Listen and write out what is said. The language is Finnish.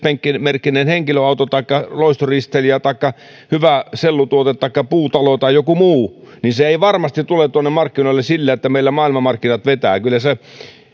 merkkinen henkilöauto taikka loistoristeilijä taikka hyvä sellutuote taikka puutalo tai joku muu ei varmasti tule tuonne markkinoille sillä että meillä maailmanmarkkinat vetävät kyllä